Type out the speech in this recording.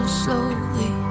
slowly